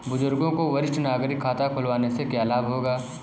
बुजुर्गों को वरिष्ठ नागरिक खाता खुलवाने से क्या लाभ होगा?